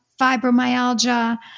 fibromyalgia